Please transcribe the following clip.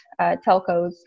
telcos